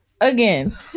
again